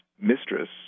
mistress